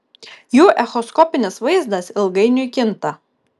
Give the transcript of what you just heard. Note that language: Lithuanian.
jų echoskopinis vaizdas ilgainiui kinta